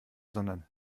sondern